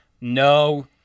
no